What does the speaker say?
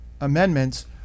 amendments